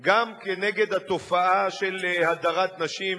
גם נגד התופעה של הדרת נשים,